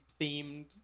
themed